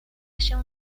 się